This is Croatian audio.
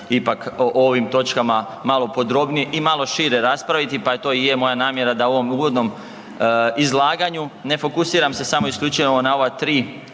ipak o ovim točkama malo podrobnije i malo šire raspraviti, pa to i je moja namjera da u ovom uvodnom izlaganju ne fokusiram se samo isključivo na ova 3